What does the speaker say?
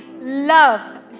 love